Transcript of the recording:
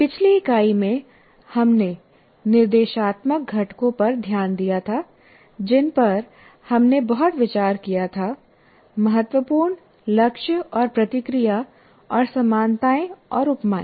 पिछली इकाई में हमने निर्देशात्मक घटकों पर ध्यान दिया था जिन पर हमने बहुत विचार किया था महत्वपूर्ण लक्ष्य और प्रतिक्रिया और समानताएँ और उपमाएँ